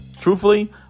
truthfully